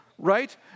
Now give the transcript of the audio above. Right